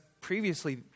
previously